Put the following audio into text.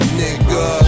nigga